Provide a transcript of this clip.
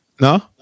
No